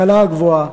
ההשכלה הגבוהה,